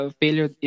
failure